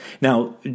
Now